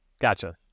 Gotcha